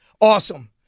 Awesome